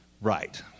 Right